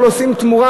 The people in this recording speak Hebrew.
הכול עושים תמורה,